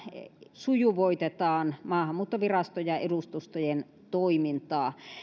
sujuvoitetaan maahanmuuttoviraston ja edustustojen toimintaa